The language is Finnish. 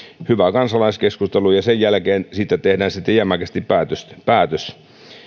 hyvä kansalaiskeskustelu ja sen jälkeen siitä tehdään sitten jämäkästi päätös